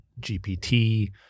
GPT